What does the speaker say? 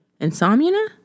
Insomnia